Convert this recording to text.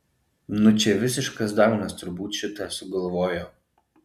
nu čia visiškas daunas turbūt šitą sugalvojo